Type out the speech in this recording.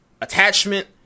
attachment